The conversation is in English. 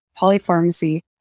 polypharmacy